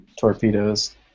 torpedoes